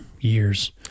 years